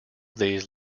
these